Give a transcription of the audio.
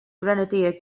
grenadier